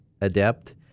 adept